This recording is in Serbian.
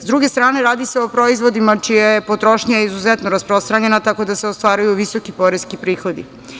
S druge strane, radi se o proizvodima čija je potrošnja izuzetno rasprostranjena, tako da se ostvaruju visoki poreski prihodi.